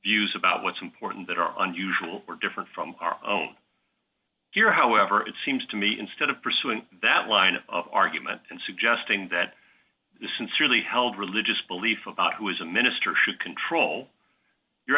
views about what's important that are on usually or different from our here however it seems to me instead of pursuing that line of argument and suggesting that sincerely held religious belief about who is a minister should control you're